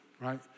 right